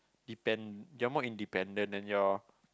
depend you're more independent and you're